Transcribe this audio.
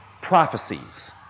prophecies